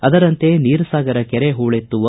ಅದರಂತೆ ನೀರಸಾಗರ ಕೆರೆ ಹೂಳೆತ್ತುವ